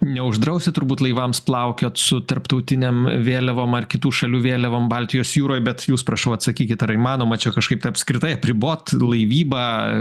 neuždrausi turbūt laivams plaukiot su tarptautinėm vėliavom ar kitų šalių vėliavom baltijos jūroj bet jūs prašau atsakykit ar įmanoma čia kažkaip tai apskritai apribot laivybą